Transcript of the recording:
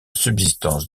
subsistance